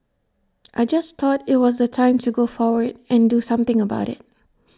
I just thought IT was the time to go forward and do something about IT